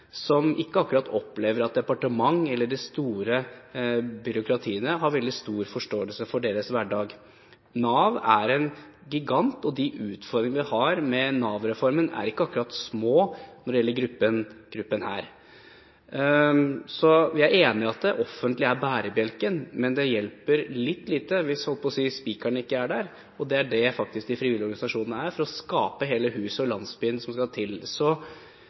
som ikke akkurat opplever at departementer eller de store byråkratiene har veldig stor forståelse for deres hverdag. Nav er en gigant, og de utfordringer vi har med Nav-reformen, er ikke akkurat små når det gjelder denne gruppen. Jeg er enig i at det offentlige er bærebjelken, men det hjelper litt lite hvis – jeg holdt på å si – spikeren ikke er der. Det er faktisk det de frivillige organisasjonene er – for å skape hele huset og landsbyen som skal til.